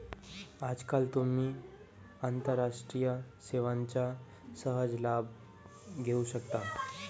आजकाल तुम्ही आंतरराष्ट्रीय सेवांचा सहज लाभ घेऊ शकता